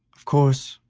of course,